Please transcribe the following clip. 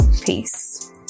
Peace